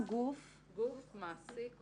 גוף, מעסיק ועוסק.